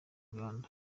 uganda